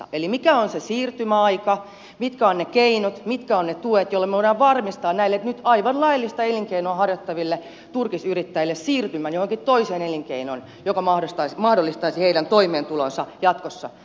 eli mikä on se siirtymäaika mitkä ovat ne keinot mitkä ovat ne tuet joilla me voimme varmistaa näille nyt aivan laillista elinkeinoa harjoittaville turkisyrittäjille siirtymän johonkin toiseen elinkeinoon joka mahdollistaisi heidän toimeentulonsa jatkossa